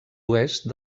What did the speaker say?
oest